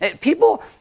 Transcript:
People